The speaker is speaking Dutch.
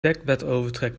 dekbedovertrek